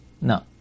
No